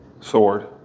Sword